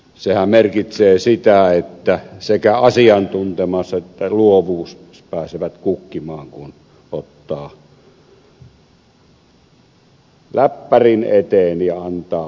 sehän merkitsee sitä että sekä asiantuntemus että luovuus pääsevät kukkimaan kun ottaa läppärin eteen ja antaa paukutella